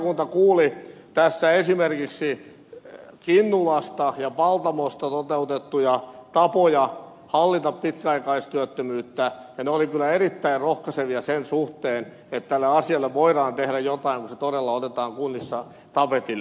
valiokunta kuuli tässä esimerkiksi kinnulassa ja paltamossa toteutettuja tapoja hallita pitkäaikaistyöttömyyttä ja ne olivat kyllä erittäin rohkaisevia sen suhteen että tälle asialle voidaan tehdä jotain kun se todella otetaan kunnissa tapetille